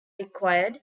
required